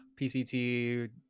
PCT